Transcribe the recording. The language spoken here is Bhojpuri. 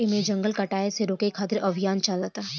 एमे जंगल कटाये से रोके खातिर अभियान चलता